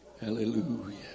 Hallelujah